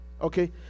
okay